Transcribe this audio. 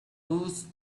whose